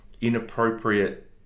inappropriate